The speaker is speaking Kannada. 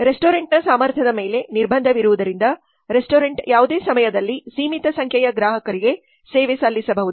ರೆಸ್ಟೋರೆಂಟ್ನ ಸಾಮರ್ಥ್ಯದ ಮೇಲೆ ನಿರ್ಬಂಧವಿರುವುದರಿಂದ ರೆಸ್ಟೋರೆಂಟ್ ಯಾವುದೇ ಸಮಯದಲ್ಲಿ ಸೀಮಿತ ಸಂಖ್ಯೆಯ ಗ್ರಾಹಕರಿಗೆ ಸೇವೆ ಸಲ್ಲಿಸಬಹುದು